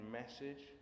message